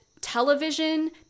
television